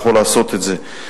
יכול לעשות את זה.